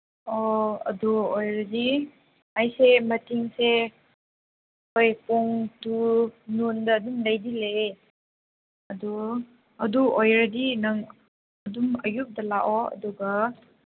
ꯑꯣ ꯑꯗꯨ ꯑꯣꯏꯔꯗꯤ ꯑꯩꯁꯦ ꯃꯤꯇꯤꯡꯁꯦ ꯃꯣꯏ ꯄꯨꯡ ꯇꯨ ꯅꯨꯟꯗ ꯑꯗꯨꯝ ꯂꯩꯗꯤ ꯂꯩꯌꯦ ꯑꯗꯨ ꯑꯗꯨ ꯑꯣꯏꯔꯗꯤ ꯅꯪ ꯑꯗꯨꯝ ꯑꯌꯨꯛꯇ ꯂꯥꯛꯑꯣ ꯑꯗꯨꯒ